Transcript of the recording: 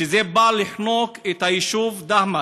וזה בא לחנוק את היישוב דהמש,